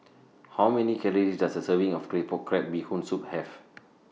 How Many Calories Does A Serving of Claypot Crab Bee Hoon Soup Have